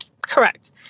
Correct